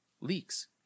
leaks